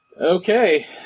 Okay